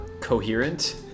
coherent